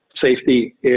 safety